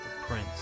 prince